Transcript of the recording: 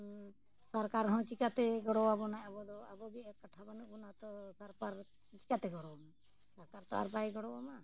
ᱥᱚᱨᱠᱟᱨ ᱦᱚᱸ ᱪᱮᱠᱟᱹᱛᱮ ᱜᱚᱲᱚ ᱟᱵᱚᱱᱟᱭ ᱟᱵᱚᱫᱚ ᱟᱵᱚᱜᱮ ᱮᱠᱟᱴᱴᱷᱟ ᱵᱟᱹᱱᱩᱜ ᱵᱚᱱᱟ ᱛᱚ ᱥᱚᱨᱠᱟᱨ ᱪᱤᱠᱟᱹᱛᱮ ᱜᱚᱲᱚ ᱟᱢᱟᱭ ᱥᱚᱨᱠᱟᱨ ᱛᱚ ᱟᱨ ᱵᱟᱭ ᱜᱚᱲᱚ ᱟᱢᱟ